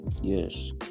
Yes